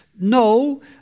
No